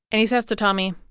and he says to tommy.